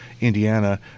Indiana